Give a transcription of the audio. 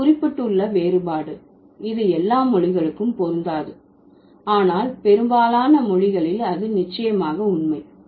நான் குறிப்பிட்டுள்ள வேறுபாடு இது எல்லா மொழிகளுக்கும் பொருந்தாது ஆனால் பெரும்பாலான மொழிகளில் அது நிச்சயமாக உண்மை